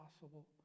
possible